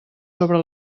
sobre